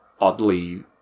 oddly